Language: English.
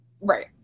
Right